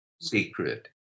secret